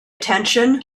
attention